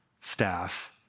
staff